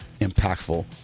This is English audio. impactful